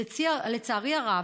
לצערי הרב,